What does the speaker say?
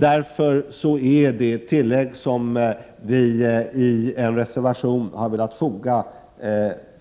Därför är det tillägg som vi i en reservation har velat foga